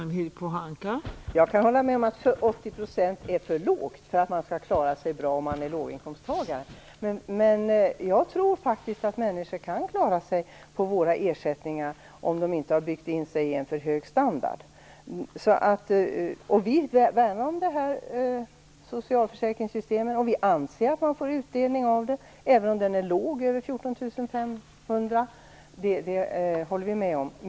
Fru talman! Jag kan hålla med om att 80 % är för lågt för att man skall klara sig bra om man är låginkomsttagare, men jag tror faktiskt att människor kan klara sig på våra ersättningar om de inte har byggt in sig i en för hög standard. Vi värnar om det här socialförsäkringssystemet. Vi anser att man får utdelning av det, även om den är låg vid inkomster över 14 500 kr. Det håller vi med om.